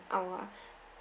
our